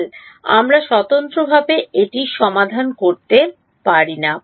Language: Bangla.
ভালো আমরা স্বতন্ত্রভাবে এটি সমাধান করতে পারি না